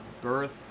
birth